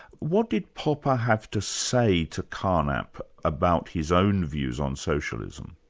what did popper have to say to carnap about his own views on socialism?